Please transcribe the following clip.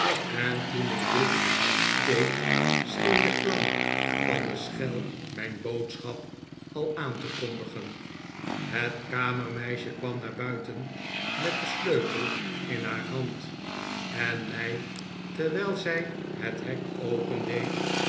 en toen ik dit deed scheen de klank van de schel mijn bpodschap al aan te kondigen het kamermeisje kwam naar buiten met den sleutel in haar hand en mij terwijl zij het hek opendeed